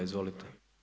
Izvolite.